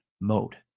mode